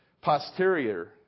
Posterior